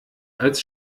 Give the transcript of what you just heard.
als